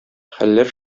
хәлләр